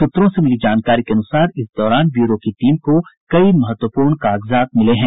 सूत्रों से मिली जानकारी के अनुसार इस दौरान ब्यूरो की टीम को कई महत्वपूर्ण कागजात मिले हैं